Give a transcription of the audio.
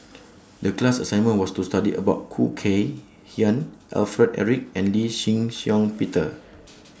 The class assignment was to study about Khoo Kay Hian Alfred Eric and Lee Shih Shiong Peter